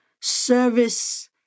service